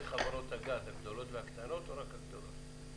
חברות הגז הגדולות והקטנות או רק הגדולות?